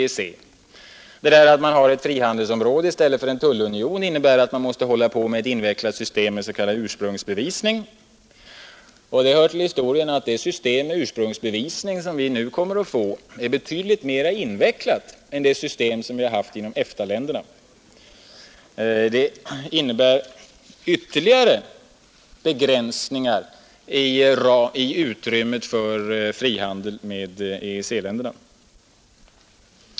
Det förhållandet att man har ett frihandelsområde i stället för en tullunion innebär att man måste tillämpa ett invecklat system med s.k. ursprungsbevisning, och det hör till historien att detta system blir betydligt mera invecklat än det system som vi haft inom EFTA-länderna. Det innebär ytterligare begränsningar i utrymmet för frihandel med EEC-länderna.